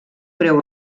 breu